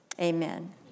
Amen